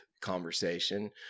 conversation